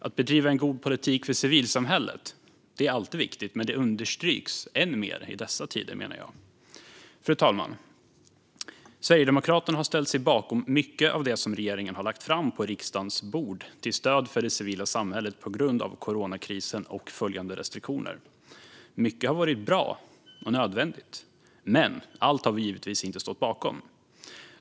Att bedriva en god politik för civilsamhället är alltid viktigt, men det understryks än mer i dessa tider, menar jag. Fru talman! Sverigedemokraterna har ställt sig bakom mycket av det som regeringen har lagt fram på riksdagens bord till stöd för det civila samhället på grund av coronakrisen och följande restriktioner. Mycket har varit bra och nödvändigt, men allt har vi givetvis inte stått bakom.